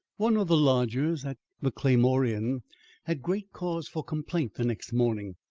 one of the lodgers at the claymore inn had great cause for complaint the next morning.